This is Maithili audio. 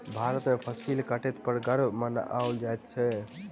भारत में फसिल कटै पर पर्व मनाओल जाइत अछि